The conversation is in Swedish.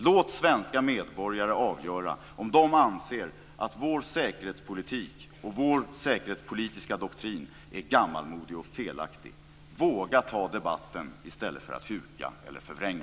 Låt svenska medborgare avgöra om vår säkerhetspolitik och vår säkerhetspolitiska doktrin är gammalmodig och felaktig. Våga ta debatten i stället för att huka eller förvränga!